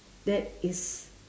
that is